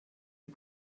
die